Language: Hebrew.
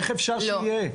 איך אפשר שיהיה?